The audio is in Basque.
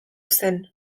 zen